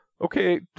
Okay